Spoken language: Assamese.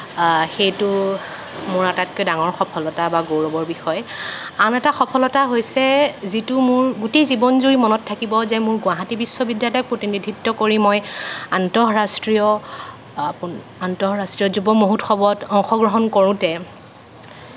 সেইটো মোৰ আটাইতকৈ ডাঙৰ সফলতা বা গৌৰৱৰ বিষয় আন এটা সফলতা হৈছে যিটো মোৰ গোটেই জীৱনজুৰি মনত থাকিব যে মোৰ গুৱাহাটী বিশ্ববিদ্যালয়ক প্ৰতিনিধিত্ব কৰি মই আন্ত ৰাষ্ট্ৰীয় আন্ত ৰাষ্ট্ৰীয় যুৱ মহোৎসৱত অংশগ্ৰহণ কৰোঁতে